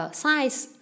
size，